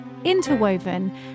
interwoven